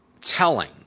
telling